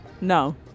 No